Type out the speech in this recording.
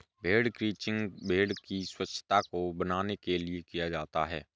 भेड़ क्रंचिंग भेड़ की स्वच्छता को बनाने के लिए किया जाता है